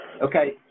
Okay